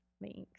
Thanks